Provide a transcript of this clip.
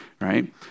Right